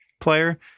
player